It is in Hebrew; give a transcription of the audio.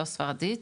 לא ספרדית,